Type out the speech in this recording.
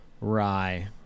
rye